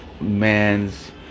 man's